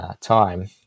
Time